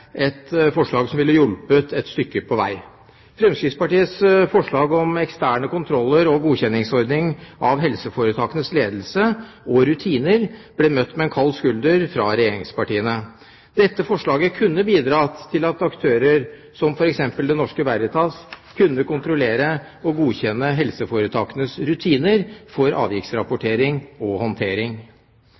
et forslag som ville ha hjulpet et stykke på vei. Fremskrittspartiets forslag om eksterne kontroller og godkjenningsordning av helseforetakenes ledelse og rutiner ble møtt med en kald skulder fra regjeringspartiene. Dette forslaget kunne ha bidratt til at aktører som f.eks. Det Norske Veritas kunne kontrollere og godkjenne helseforetakenes rutiner for avviksrapportering og håndtering.